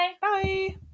bye